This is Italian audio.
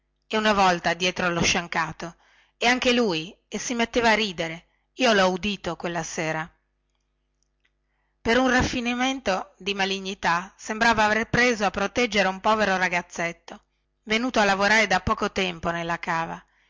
e unaltra volta dietro allo sciancato e anche lui e si metteva a ridere io lho udito quella sera per un raffinamento di malignità sembrava aver preso a proteggere un povero ragazzetto venuto a lavorare da poco tempo nella cava